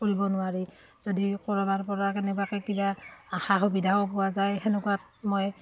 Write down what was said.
কৰিব নোৱাৰি যদি ক'ৰবাৰপৰা কেনেবাকৈ কিবা সা সুবিধাও পোৱা যায় সেনেকুৱাত মই